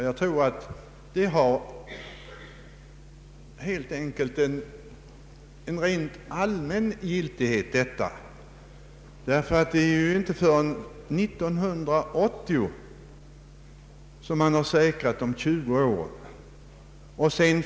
Jag tror att detta har en rent allmän giltighet. Det är nämligen först år 1980 som man har säkrat de 20 åren.